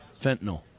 fentanyl